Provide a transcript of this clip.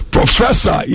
Professor